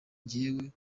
njyewe